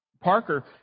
Parker